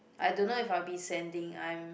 I don't know if I'll be sending I'm